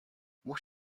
what